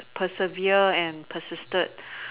persevere and persisted